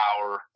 power